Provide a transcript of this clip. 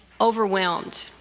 overwhelmed